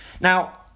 Now